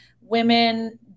women